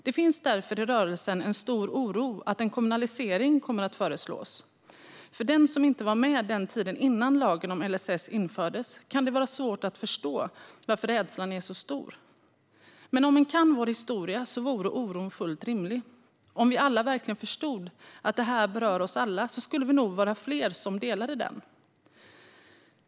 Det finns därför i rörelsen en stor oro att en kommunalisering kommer att föreslås. För den som inte var med tiden innan lagen om LSS infördes kan det vara svårt att förstå varför rädslan är så stor. Men om vi kan vår historia är oron fullt rimlig. Om vi alla verkligen förstod att det här berör oss alla skulle vi nog vara fler som delade oron.